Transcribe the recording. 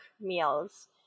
meals